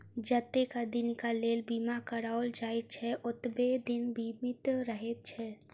जतेक दिनक लेल बीमा कराओल जाइत छै, ओतबे दिन बीमित रहैत छै